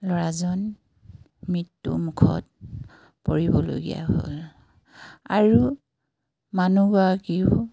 ল'ৰাজন মৃত্যুমুুখত পৰিবলগীয়া হ'ল আৰু মানুহগৰাকীও